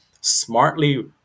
smartly